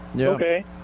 okay